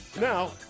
Now